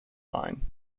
line